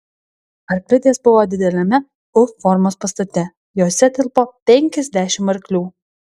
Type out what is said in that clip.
arklidės buvo dideliame u formos pastate jose tilpo penkiasdešimt arklių